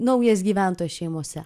naujas gyventojas šeimose